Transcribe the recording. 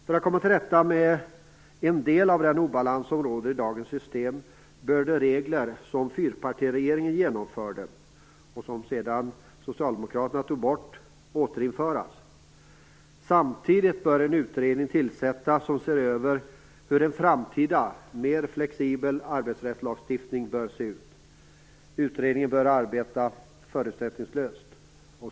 För att komma till rätta med en del av den obalans som råder i dagens system bör de regler som fyrpartiregeringen genomförde, vilka Socialdemokraterna sedan tog bort, återinföras. Samtidigt bör en utredning tillsättas för att se över hur en framtida mer flexibel arbetsrättslagstiftning bör se ut. Utredningen bör arbeta förutsättningslöst.